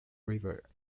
river